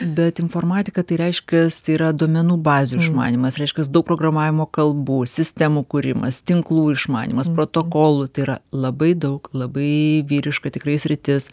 bet informatika tai reiškias tai yra duomenų bazių išmanymas reiškias daug programavimo kalbų sistemų kūrimas tinklų išmanymas protokolų tai yra labai daug labai vyriška tikrai sritis